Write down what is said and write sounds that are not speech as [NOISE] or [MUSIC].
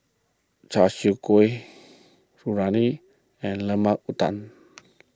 Char Siu Kueh [UNINTELLIGIBLE] and Lemper Udang